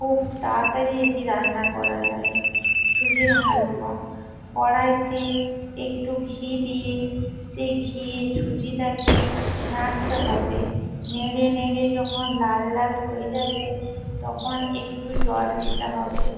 খুব তাড়াতাড়ি এটি রান্না করা যায় সুজির হালুয়া কড়াইতে একটু ঘি দিয়ে সে ঘিয়ে সুজিটাকে নাড়তে হবে নেড়ে নেড়ে যখন লাল লাল হয়ে যাবে তখন একটু জল দিতে হবে